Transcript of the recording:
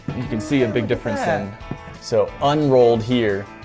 you can see a big difference in so unrolled here.